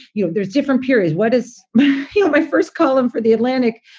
you know, there's different periods. what is you know my first column for the atlantic?